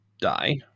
die